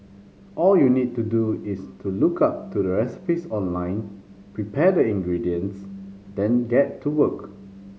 all you need to do is to look up to the recipes online prepare the ingredients then get to work